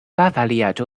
巴伐利亚州